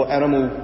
animal